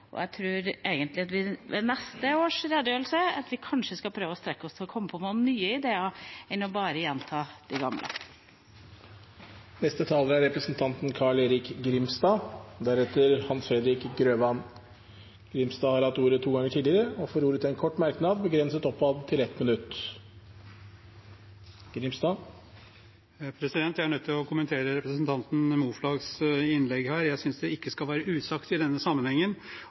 Jeg tror egentlig at vi ved neste års redegjørelse kanskje skal prøve å strekke oss etter å komme på noen nye ideer i stedet for bare å gjenta de gamle. Representanten Carl-Erik Grimstad har hatt ordet to ganger tidligere og får ordet til en kort merknad, begrenset til 1 minutt. Jeg er nødt til å kommentere representanten Moflags innlegg her. Jeg synes ikke det skal være usagt i denne sammenhengen